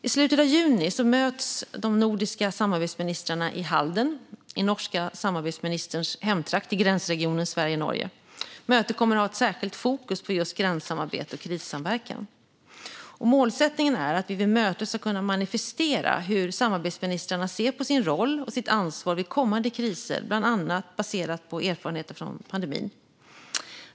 I slutet av juni möts de nordiska samarbetsministrarna i Halden, som ligger i den norska samarbetsministerns hemtrakt i gränsregionen Sverige-Norge. Mötet kommer att ha ett särskilt fokus på just gränssamarbete och krissamverkan. Målsättningen är att vi vid mötet ska kunna manifestera hur samarbetsministrarna ser på sin roll och sitt ansvar vid kommande kriser, bland annat baserat på erfarenheter från pandemin.